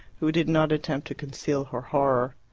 who did not attempt to conceal her horror.